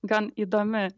gan įdomi